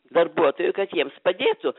darbuotojų kad jiems padėtų